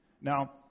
Now